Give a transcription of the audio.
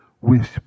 wish